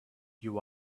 you